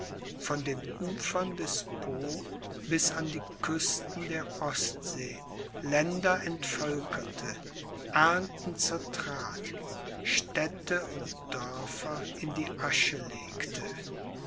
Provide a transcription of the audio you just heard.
von den ufern des po bis an die küsten der ostsee länder entvölkerte ernten zertrat städte und dörfer in die asche legte